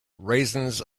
raisins